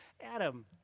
Adam